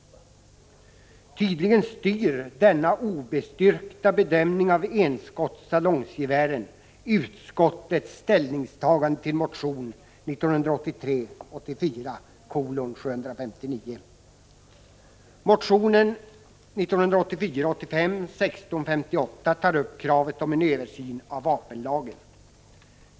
Tydligen styr denna obestyrkta bedömning av enskottssalongsgevären utskottets ställningstagande till motion 1983 85:1658 tas upp kravet på en översyn av vapenlagen.